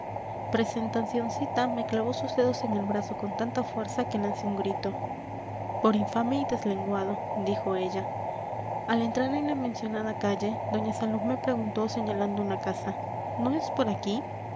majestad presentacioncita me clavó sus dedos en el brazo con tanta fuerza que lancé un grito por infame y deslenguado dijo ella al entrar en la mencionada calle doña salomé preguntó señalando una casa no es por aquí